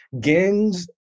Gangs